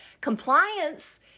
compliance